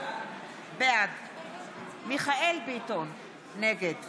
בעד מיכאל מרדכי ביטון, נגד